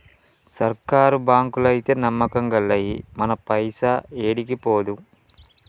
సర్కారు బాంకులైతే నమ్మకం గల్లయి, మన పైస ఏడికి పోదు